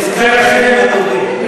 לזכור את הימים הטובים.